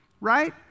right